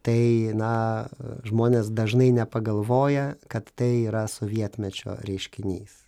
tai na žmonės dažnai nepagalvoja kad tai yra sovietmečio reiškinys